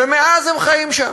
ומאז הם חיים שם.